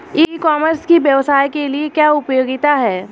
ई commerce की व्यवसाय के लिए क्या उपयोगिता है?